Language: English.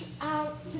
out